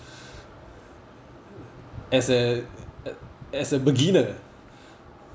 as a as a beginner